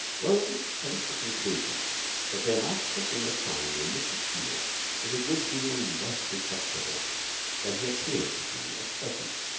roland came to the conclusion that there must have been a time when mr. teal was a good deal less respectable than he appeared to be at present.